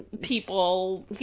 people